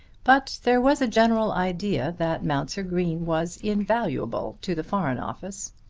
but there was a general idea that mounser green was invaluable to the foreign office.